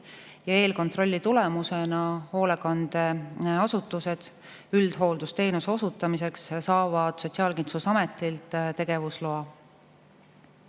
Eelkontrolli tulemusena saavad hoolekandeasutused üldhooldusteenuse osutamiseks Sotsiaalkindlustusametilt tegevusloa.